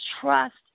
trust